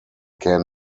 can